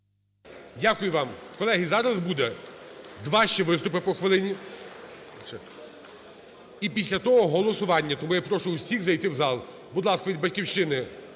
Дякую вам. Колеги, зараз буде два ще виступи по хвилині і після того – голосування. Тому я прошу всіх зайти в зал. Будь ласка, від "Батьківщини"